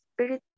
spirit